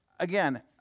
Again